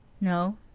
no!